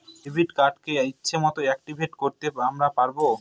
debit কার্ডকে ইচ্ছে মতন অ্যাকটিভেট করতে আমরা পারবো